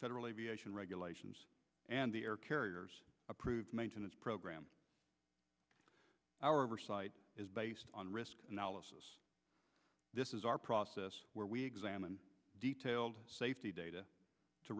federal aviation regulations and the air carriers approved maintenance program our oversight is based on risk analysis this is our process where we examined detailed safety data to